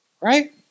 Right